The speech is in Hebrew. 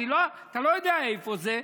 אתה לא יודע איפה זה,